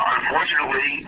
Unfortunately